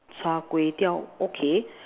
Char-Kway-Teow okay